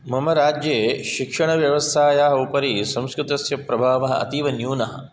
मम राज्ये शिक्षणव्यवस्थायाः उपरि संस्कृतस्य प्रभावः अतीवन्यूनः